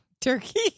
turkey